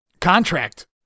contract